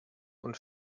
und